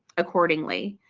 accordingly.